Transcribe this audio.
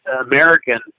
American